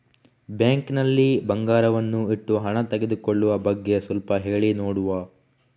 Bank ನಲ್ಲಿ ಬಂಗಾರವನ್ನು ಇಟ್ಟು ಹಣ ತೆಗೆದುಕೊಳ್ಳುವ ಬಗ್ಗೆ ಸ್ವಲ್ಪ ಹೇಳಿ ನೋಡುವ?